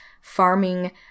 farming